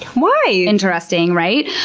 why! interesting, right?